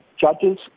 judges